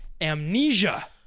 Amnesia